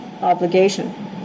obligation